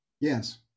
Yes